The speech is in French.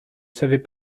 savait